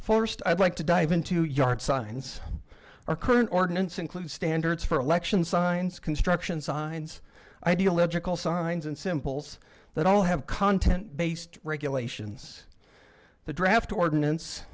forced i'd like to dive into yard signs are current ordinance include standards for election signs construction signs ideological signs and symbols that all have content based regulations the draft